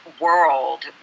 world